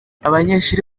abanyeshuri